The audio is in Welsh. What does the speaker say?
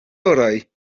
orau